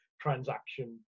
transaction